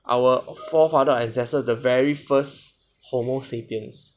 our forefather ancestor the very first homosapiens